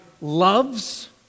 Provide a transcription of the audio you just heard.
loves